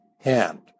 hand